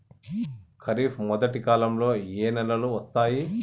ఖరీఫ్ మొదటి కాలంలో ఏ నెలలు వస్తాయి?